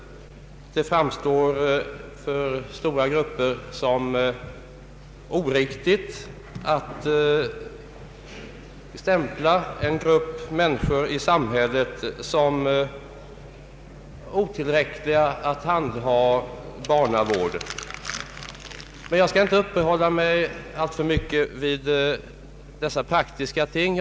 Det framstår för många medborgare som oriktigt att stämpla en grupp människor i samhället som otillräckliga att handha vården om sina barn. Jag skall inte uppehålla mig alltför mycket vid de praktiska tingen.